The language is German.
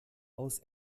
aus